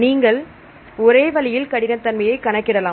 நீங்கள் ஒரே வழியில் கடினத்தன்மையை கணக்கிடலாம்